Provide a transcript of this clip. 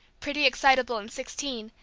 pretty, excitable, and sixteen,